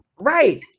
Right